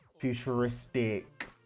futuristic